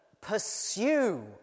pursue